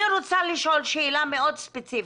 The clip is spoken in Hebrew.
אני רוצה לשאול שאלה מאוד ספציפית.